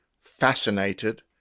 fascinated